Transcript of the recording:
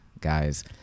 guys